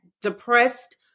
depressed